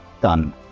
done